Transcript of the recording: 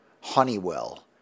Honeywell